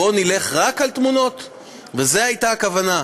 בואו נלך רק על תמונות, וזו הייתה הכוונה.